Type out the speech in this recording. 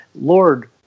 Lord